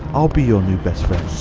i'll be your new best